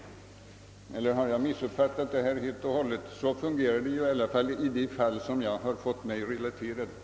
Eller har jag missuppfattat saken helt och hållet? Så fungerar i varje fall systemet i de fall som har relaterats för mig.